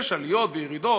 יש עליות וירידות,